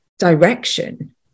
Direction